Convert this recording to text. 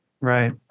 Right